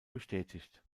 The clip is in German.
bestätigt